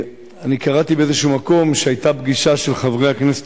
קראתי באיזשהו מקום שהיתה פגישה של חברי הכנסת